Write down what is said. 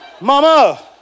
Mama